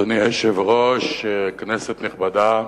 אדוני היושב-ראש, כנסת נכבדה,